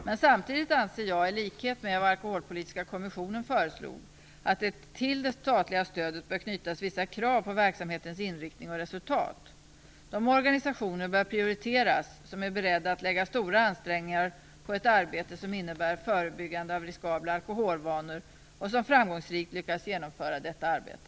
Men samtidigt anser jag, i likhet med vad Alkoholpolitiska kommissionen föreslog, att det till det statliga stödet bör knytas vissa krav på verksamhetens inriktning och resultat. De organisationer bör prioriteras som är beredda att lägga stora ansträngningar på ett arbete som innebär förebyggande av riskabla alkoholvanor och som framgångsrikt lyckas genomföra detta arbete.